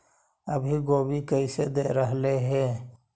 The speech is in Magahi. अभी गोभी कैसे दे रहलई हे?